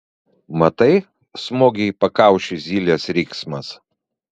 matai smogė į pakaušį zylės riksmas